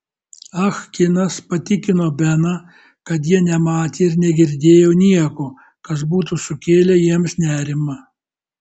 ah kinas patikino beną kad jie nematė ir negirdėjo nieko kas būtų sukėlę jiems nerimą